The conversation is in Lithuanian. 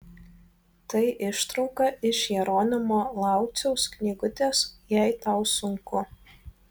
tai ištrauka iš jeronimo lauciaus knygutės jei tau sunku